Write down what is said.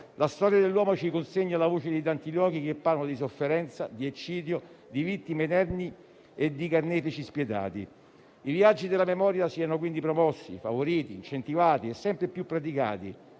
La storia dell'uomo ci consegna la voce dei tanti luoghi che parlano di sofferenza, di eccidio, di vittime inermi e di carnefici spietati. I viaggi della memoria siano quindi promossi, favoriti, incentivati e sempre più praticati.